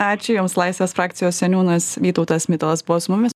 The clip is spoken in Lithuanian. ačiū jums laisvės frakcijos seniūnas vytautas mitalas buvo su mumis